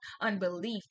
unbelief